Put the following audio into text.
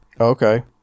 Okay